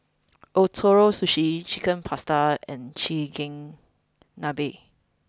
Ootoro Sushi Chicken Pasta and Chigenabe